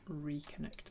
reconnect